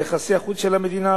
ביחסי החוץ של המדינה,